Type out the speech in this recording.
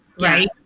right